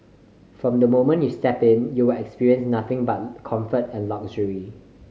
from the moment you step in you will experience nothing but comfort and luxury